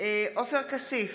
עופר כסיף,